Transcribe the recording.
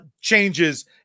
changes